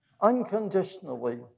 unconditionally